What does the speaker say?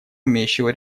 умеющего